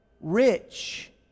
rich